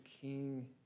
king